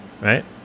right